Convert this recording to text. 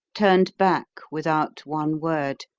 turned back without one word,